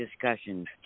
discussions